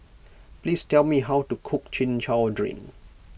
please tell me how to cook Chin Chow Drink